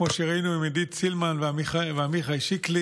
כמו שראינו עם עידית סילמן ועמיחי שיקלי,